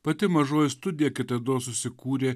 pati mažoji studija kitados susikūrė